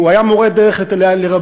הוא היה מורה דרך לרבים,